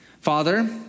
Father